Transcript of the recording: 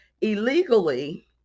illegally